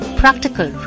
practical